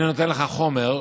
אני נותן לך חומר,